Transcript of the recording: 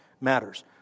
matters